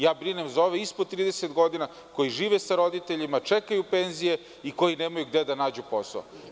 Ja brinem za ove ispod 30 godina koji žive sa roditeljima, čekaju penzije i koji nemaju gde da nađu posao.